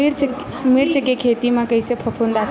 मिर्च के खेती म कइसे फफूंद आथे?